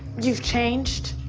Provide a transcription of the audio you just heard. you've changed?